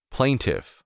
Plaintiff